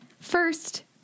first